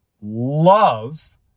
love